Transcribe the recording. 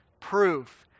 proof